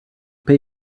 pay